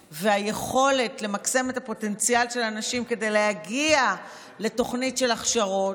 והיכולת למקסם את הפוטנציאל של אנשים כדי להגיע לתוכנית של הכשרות,